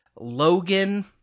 Logan